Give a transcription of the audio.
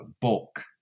bulk